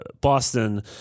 Boston